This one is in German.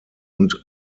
und